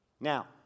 Now